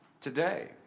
today